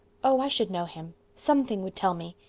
oh, i should know him. something would tell me.